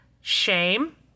shame